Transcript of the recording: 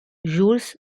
jules